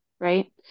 right